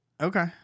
Okay